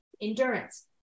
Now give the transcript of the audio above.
endurance